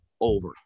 over